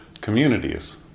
communities